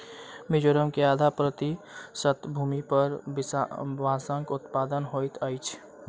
मिजोरम के आधा प्रतिशत भूमि पर बांसक उत्पादन होइत अछि